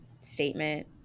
statement